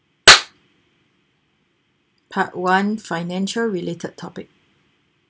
part one financial related topic